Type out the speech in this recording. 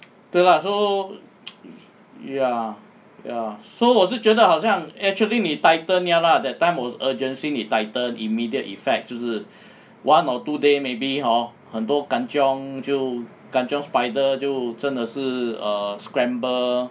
true lah so ya ya so 我是觉得好像 actually 你 tighten ya lah that time was urgency 你 tighten immediate effect 就是 one or two day maybe hor 很多 kan cheong 就 kan cheong spider 就真的是 err scramble